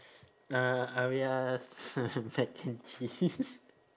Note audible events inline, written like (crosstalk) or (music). uh uh we are (laughs) mac and cheese